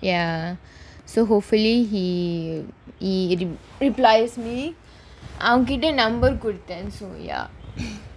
ya so hopefully he he replies me அவன்கிட்ட:avankitta number குடுத்தேன்:kudutthaen so ya